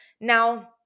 Now